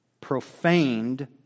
profaned